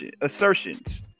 assertions